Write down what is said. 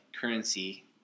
currency